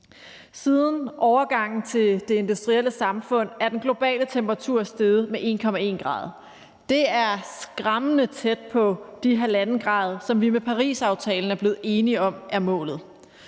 Siden overgangen til det industrielle samfund er den globale temperatur steget med 1,1 grad. Det er skræmmende tæt på den halvanden grad, som vi med Parisaftalen er blevet enige om er grænsen.